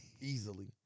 easily